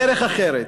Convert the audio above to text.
דרך אחרת.